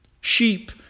Sheep